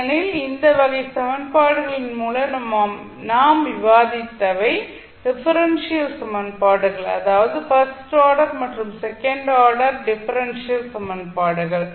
ஏனெனில் இந்த வகை சமன்பாடுகளில் மூலம் நாம் விவாதித்தவை டிஃபரென்ஷியல் சமன்பாடுகள் அதாவது ஃபர்ஸ்ட் ஆர்டர் மற்றும் செகண்ட் ஆர்டர் டிஃபரென்ஷியல் சமன்பாடுகள்